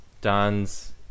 Don's